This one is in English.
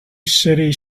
city